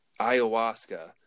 Ayahuasca